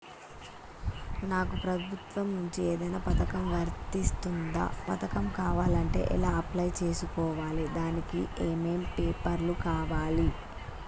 నాకు ప్రభుత్వం నుంచి ఏదైనా పథకం వర్తిస్తుందా? పథకం కావాలంటే ఎలా అప్లై చేసుకోవాలి? దానికి ఏమేం పేపర్లు కావాలి?